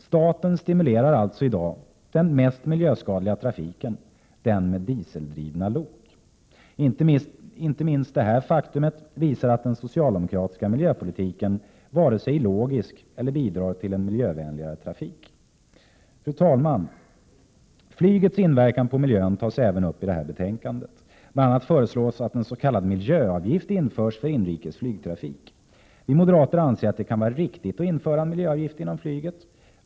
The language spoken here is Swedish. Staten stimulerar alltså i dag den mest miljöskadliga trafiken — den med dieseldrivna lok. Inte minst detta faktum visar att den socialdemokratiska miljöpolitiken inte vare sig är logisk eller bidrar till en miljövänligare Fru talman! Flygets inverkan på miljön tas även upp i detta betänkande. Bl.a. föreslås att en s.k. miljöavgift införs för inrikes flygtrafik. Vi moderater anser att det kan vara riktigt att införa en miljöavgift inom flyget.